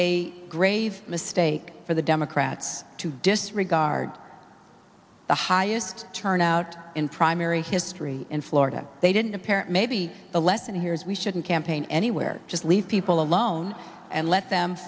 a grave mistake for the democrats to disregard the highest turnout in primary history and florida they didn't apparent maybe the lesson here is we shouldn't campaign anywhere just leave people alone and let them